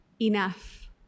enough